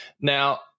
now